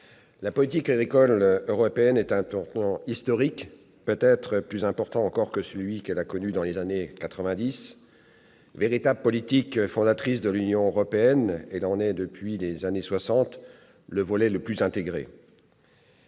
la politique agricole européenne est à un tournant historique, peut-être plus important encore que celui qu'elle a connu dans les années 1990. Véritable politique fondatrice de l'Union européenne, elle en est depuis les années soixante le volet le plus intégré.